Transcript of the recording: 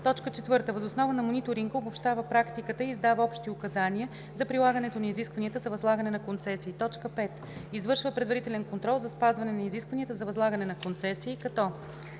глава седма; 4. въз основа на мониторинга обобщава практиката и издава общи указания за прилагането на изискванията за възлагане на концесии; 5. извършва предварителен контрол за спазване на изискванията за възлагане на концесии, като: